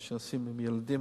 מה שעשינו עם ילדים.